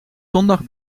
zondag